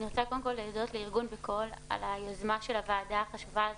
אני רוצה להודות לארגון 'בקול' על היוזמה של החשובה הזאת,